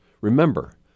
Remember